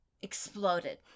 exploded